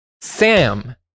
Sam